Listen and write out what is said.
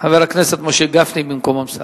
חבר הכנסת משה גפני, במקום אמסלם.